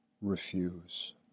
refuse